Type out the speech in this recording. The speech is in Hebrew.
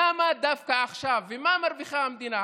למה דווקא עכשיו, ומה מרוויחה המדינה?